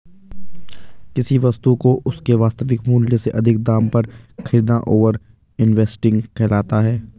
किसी वस्तु को उसके वास्तविक मूल्य से अधिक दाम पर खरीदना ओवर इन्वेस्टिंग कहलाता है